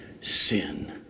sin